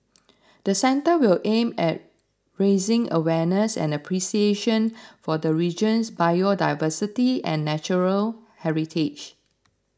the centre will aim at raising awareness and appreciation for the region's biodiversity and natural heritage